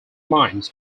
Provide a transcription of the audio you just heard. minds